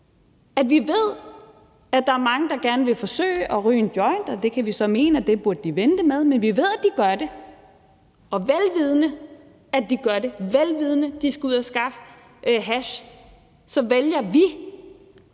Vi ved, at der er mange, der gerne vil forsøge at ryge en joint, det kan vi så mene de burde vente med, men vi ved, at de gør det, og vel vidende, at de gør det, vel vidende, at de skal ud at skaffe hash, så vælger vi,